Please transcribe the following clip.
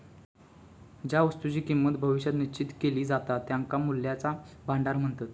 ज्या वस्तुंची किंमत भविष्यात निश्चित केली जाता त्यांका मूल्याचा भांडार म्हणतत